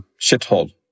shithole